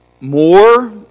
more